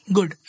Good